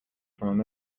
from